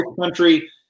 country